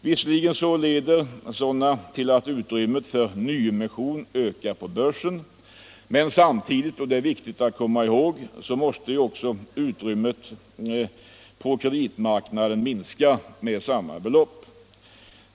Visserligen leder sådana till att utrymmet för nyemission ökar på börsen, men samtidigt — och det är viktigt att komma ihåg — måste ju utrymmet på kreditmarknaden minska med samma belopp.